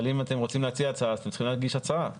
אבל אם אתם רוצים להציע הצעה אז אתם צריכים להגיש הצעה.